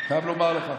אני חייב לומר לך.